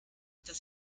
dass